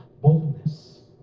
boldness